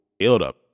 build-up